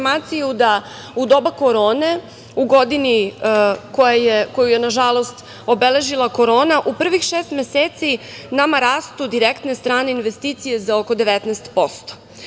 da u doba korone, u godini koju je obeležila korona, u prvih šest meseci nama rastu direktne strane investicije za oko 19%.